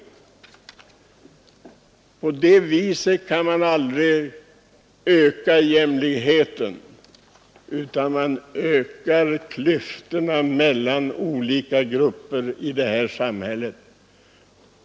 I så fall kan ju jämlikheten aldrig förbättras, utan i stället ökas klyftorna mellan olika grupper i samhället.